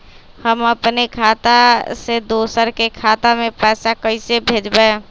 हम अपने खाता से दोसर के खाता में पैसा कइसे भेजबै?